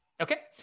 okay